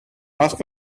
ask